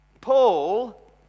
Paul